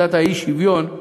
מדד האי-שוויון,